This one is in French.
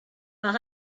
par